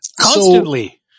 Constantly